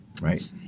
right